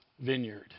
vineyard